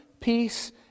peace